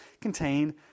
contain